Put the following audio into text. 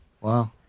wow